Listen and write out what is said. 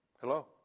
Hello